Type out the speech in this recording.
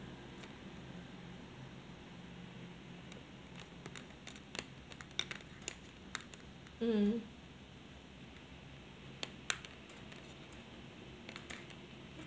mm